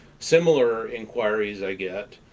similar inquiries i get,